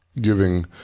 giving